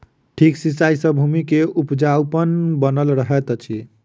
ठीक सिचाई सॅ भूमि के उपजाऊपन बनल रहैत अछि